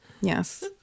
Yes